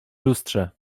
lustrze